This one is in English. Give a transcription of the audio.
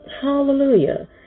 hallelujah